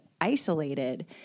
isolated